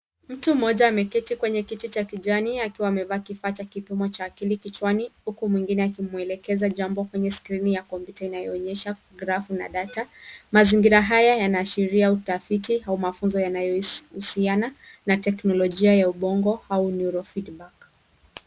Mtu moja ameketi kwenye kiti cha kijani akiwa amevaa kifaa cha kipima cha akili kichwani huku mwingine akimweleza jambo kwenye skrini ya kompyuta inayoonyesha grafu na data, mazingira haya yanaashiria utafiti au mafunzo yanayohusiana na teknolojia ya ubongo.